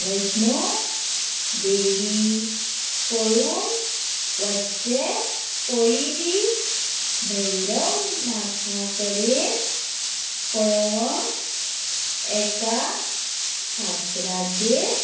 वैष्णो देवी पळून वच्चे पयलीं भैरवनाथा कडेन पळोवंक एका फातराचेर